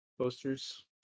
posters